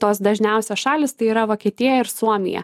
tos dažniausia šalys tai yra vokietija ir suomija